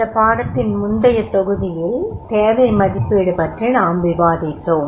இந்தப் பாடத்தின் முந்தைய தொகுதியில் தேவை மதிப்பீடு பற்றி நாம் விவாதித்தோம்